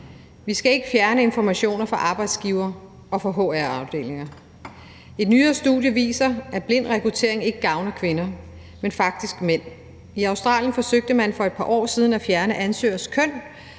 Vi skal ikke fjerne informationer for arbejdsgiver og for hr-afdelinger. Et nyere studie viser, at blind rekruttering ikke gavner kvinder, men faktisk mænd. I Australien forsøgte man for et par år siden at fjerne ansøgeres køn